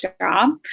job